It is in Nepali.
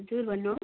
हजुर भन्नुहोस